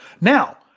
Now